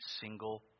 single